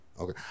Okay